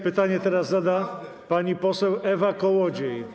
Pytanie teraz zada pani poseł Ewa Kołodziej.